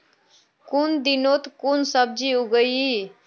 कुन दिनोत कुन सब्जी उगेई?